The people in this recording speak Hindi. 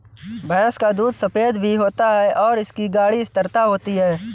भैंस का दूध सफेद भी होता है और इसकी गाढ़ी स्थिरता होती है